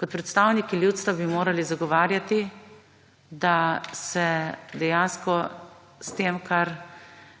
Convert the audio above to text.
Kot predstavniki ljudstva bi morali zagovarjati, da se dejansko s tem, kar